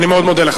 אני מאוד מודה לך.